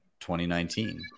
2019